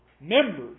members